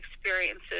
experiences